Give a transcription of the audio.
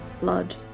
blood